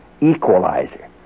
equalizer